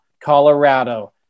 Colorado